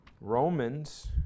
Romans